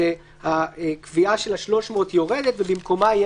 שהקביעה של ה-300 יורדת ובמקומה יהיה